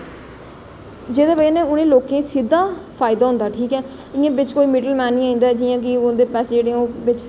जेह्दी बजह् कन्नै उ'नें लोकें ई सिद्धा फायदा होंदा ठीक ऐ इ'यां बिच कोई मिडिल मैन निं होंदा ऐ जि'यां कि उंदे पैसे जेह्ड़े ऐ